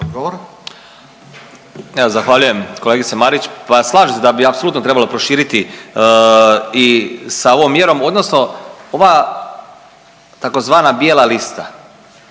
zahvaljujem kolegice Marić. Pa slažem se da bi apsolutno trebalo proširiti i sa ovom mjerom odnosno ova tzv. bijela lista,